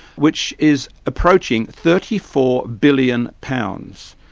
which is approaching thirty four billion pounds.